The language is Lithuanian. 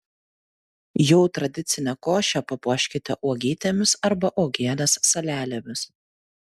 jau tradicinę košę papuoškite uogytėmis arba uogienės salelėmis